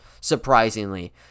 surprisingly